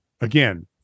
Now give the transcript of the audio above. again